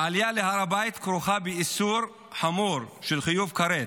העלייה להר הבית כרוכה באיסור חמור של חיוב כרת,